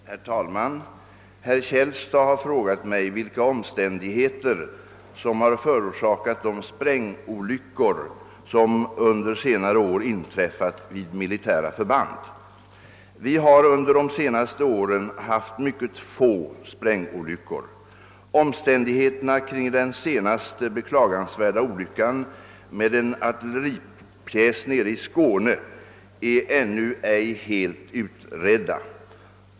Herr talman! Herr Källstad har frågat mig vilka omständigheter som har förorsakat de sprängolyckor, som under senare år inträffat vid militära förband. Vi har under de senaste åren haft mycket få sprängolyckor. Omständigheterna kring den senaste beklagansvärda olyckan med en artilleripjäs nere i Skåne är ännu ej helt utredda.